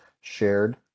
shared